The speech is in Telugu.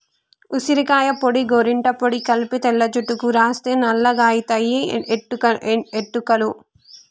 ఉసిరికాయ పొడి గోరింట పొడి కలిపి తెల్ల జుట్టుకు రాస్తే నల్లగాయితయి ఎట్టుకలు